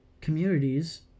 communities